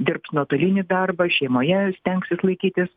dirbs nuotolinį darbą šeimoje stengsis laikytis